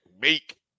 make